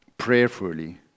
prayerfully